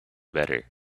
better